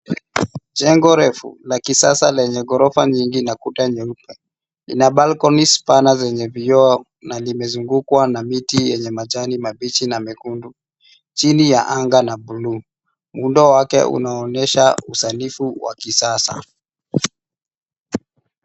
Jengo refu la kisasa lenye ghorofa nyingi na kuta nyeupe. Ina balconies pana zenye vioo na limezungukwa na miti yenye majani mabichi na mekundu chini ya anga la buluu. Muundo wake unaonyesha usanifu wa kisasa.